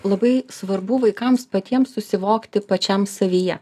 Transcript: labai svarbu vaikams patiems susivokti pačiam savyje